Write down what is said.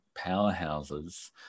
powerhouses